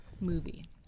movie